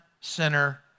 sinner